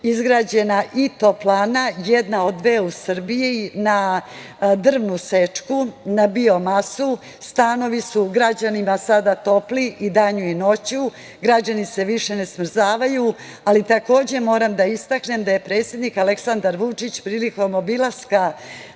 izgrađena i toplana, jedna od dve u Srbiji, na drvnu seču, na biomasu, stanovi su građanima sada topliji i danju i noću, građani se više ne smrzavaju, ali takođe moram da istaknem da je predsednik Aleksandar Vučić, prilikom obilaska